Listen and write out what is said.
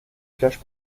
cache